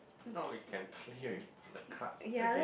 if not we can play with the cards again